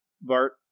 Bart